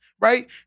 right